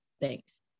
thanks